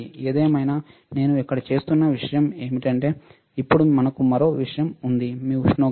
ఏదేమైనా నేను ఇక్కడ చేస్తున్న విషయం ఏమిటంటే ఇప్పుడు మనకు మరో విషయం ఉంది మీ ఉష్ణోగ్రత